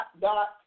dot